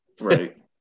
Right